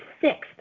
sixth